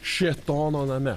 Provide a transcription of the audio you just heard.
šėtono name